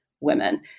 women